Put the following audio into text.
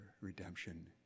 redemption